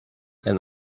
and